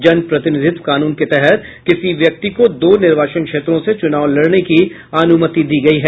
जन प्रतिनिधित्व कानून के तहत किसी व्यक्ति को दो निर्वाचन क्षेत्रों से चूनाव लड़ने की अनुमति दी गई है